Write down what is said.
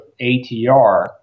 atr